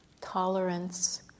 tolerance